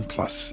Plus